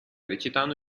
recitando